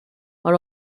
are